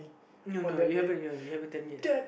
no no you haven't you haven't tell me yet